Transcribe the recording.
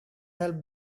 help